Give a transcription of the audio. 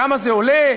כמה זה עולה?